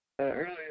earlier